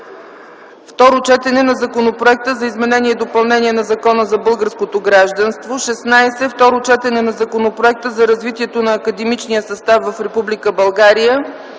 Второ четене на законопроекта за изменение и допълнение на Закона за българското гражданство. 16. Второ четене на законопроекта за развитието на академичния състав в